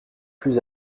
plus